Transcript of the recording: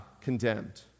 condemned